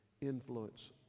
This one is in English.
influence